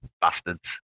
bastards